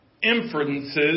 inferences